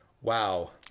wow